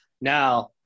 now